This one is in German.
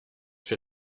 für